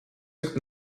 zoekt